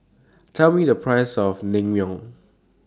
Tell Me The Price of Naengmyeon